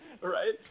right